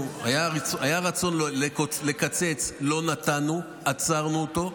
היה רצון לקצץ, לא נתנו, עצרנו אותו.